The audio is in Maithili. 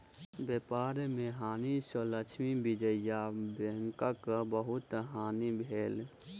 व्यापार में हानि सँ लक्ष्मी विजया बैंकक बहुत हानि भेल